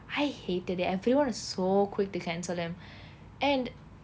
I hated it everyone was so quick to cancel them and